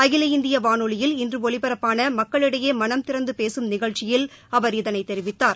அகில இந்திய வானொலியில் இன்று ஒலிபரப்பான மக்களிடையே மனம் திறந்து பேகம் நிகழ்ச்சியில் அவர் இதனைத் தெரிவித்தார்